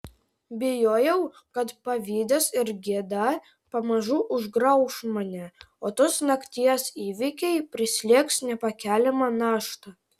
bijojau kad pavydas ir gėda pamažu užgrauš mane o tos nakties įvykiai prislėgs nepakeliama našta